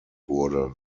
wurde